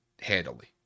handily